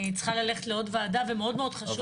אני צריכה ללכת לעוד וועדה ומאוד מאוד חשוב לי,